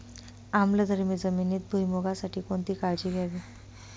आम्लधर्मी जमिनीत भुईमूगासाठी कोणती काळजी घ्यावी?